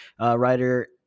writer